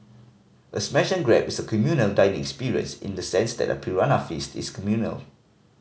a smash and grab is a communal dining experience in the sense that a piranha feast is communal